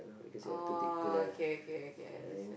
oh okay okay okay I understand